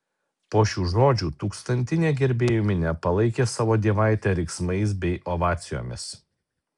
po šių žodžių tūkstantinė gerbėjų minia palaikė savo dievaitę riksmais bei ovacijomis